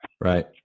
right